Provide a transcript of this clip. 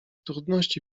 trudności